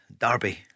derby